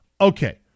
Okay